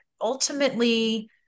ultimately